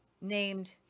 named